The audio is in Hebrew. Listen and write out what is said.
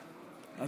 חמורה.